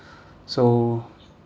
so